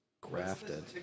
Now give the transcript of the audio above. grafted